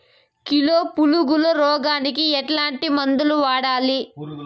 Kilo పులుగుల రోగానికి ఎట్లాంటి మందులు వాడాలి?